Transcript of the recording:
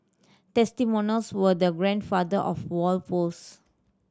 testimonials were the grandfather of wall posts